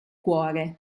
cuore